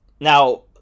Now